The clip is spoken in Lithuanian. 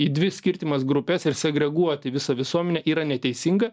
į dvi skirtimas grupes ir segreguoti visą visuomenę yra neteisinga